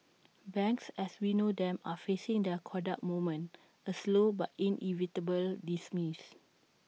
banks as we know them are facing their Kodak moment A slow but inevitable dismiss